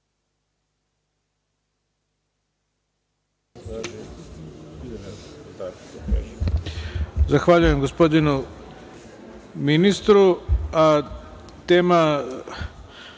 Zahvaljujem gospodine ministre. Reč